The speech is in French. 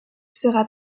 sera